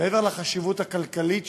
מעבר לחשיבות הכלכלית שלה,